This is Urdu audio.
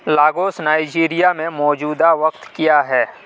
لاگوس نائیجیریا میں موجودہ وقت کیا ہے